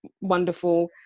wonderful